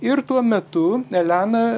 ir tuo metu elena